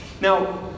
Now